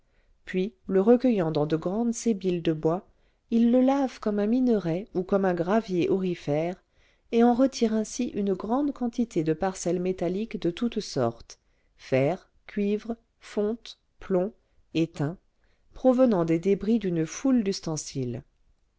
puis le recueillant dans de grandes sébiles de bois il le lave comme un minerai ou comme un gravier aurifère et en retire ainsi une grande quantité de parcelles métalliques de toutes sortes fer cuivre fonte plomb étain provenant des débris d'une foule d'ustensiles